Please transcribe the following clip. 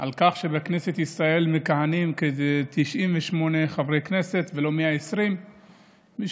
על כך שבכנסת ישראל מכהנים 98 חברי כנסת ולא 120 משום